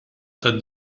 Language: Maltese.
tad